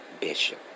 Bishop